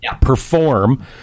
perform